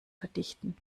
verdichten